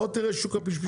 בוא תראה את שוק הפשפשים,